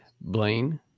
Blaine